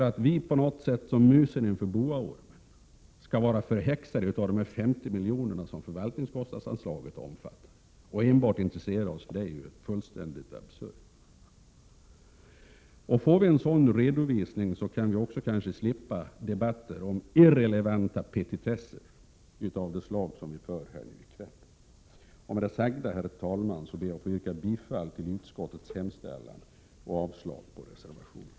Att vi, som musen inför boaormen, skulle vara förhäxade av de 50 miljoner som förvaltningskostnadsanslaget omfattar och enbart intresserar oss för det är fullständigt absurt. Om vi får en sådan redovisning, kan vi kanske också slippa debatter om irrelevanta petitesser av det slag som vi för här i kväll. Herr talman! Med det sagda ber jag att få yrka bifall till utskottets hemställan och avslag på reservationen.